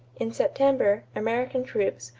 in september, american troops,